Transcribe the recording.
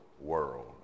world